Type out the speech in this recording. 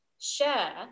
share